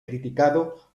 criticado